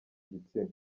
gitsina